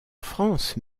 france